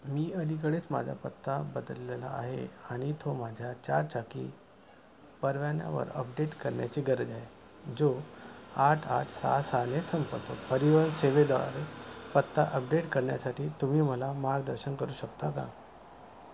मी अलीकडेच माझा पत्ता बदललेला आहे आणि तो माझ्या चार चाकी परवान्यावर अपडेट करण्याची गरज आहे जो आठ आठ सहा सहाने संपतो परिवहन सेवेद्वारे पत्ता अपडेट करण्यासाठी तुम्ही मला मार्गदर्शन करू शकता का